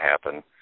happen